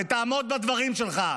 עמוד בדברים שלך,